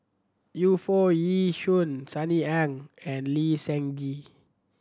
Yu Foo Yee Shoon Sunny Ang and Lee Seng Gee